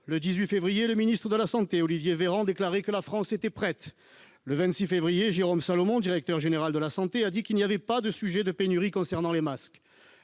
Le 18 février, le ministre de la santé, Olivier Véran, déclarait que la France était prête. Le 26 février, Jérôme Salomon, directeur général de la santé, affirmait qu'il n'y avait pas de sujet de pénurie concernant les masques.